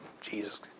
Jesus